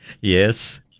Yes